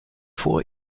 vor